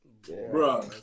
bro